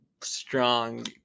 strong